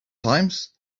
times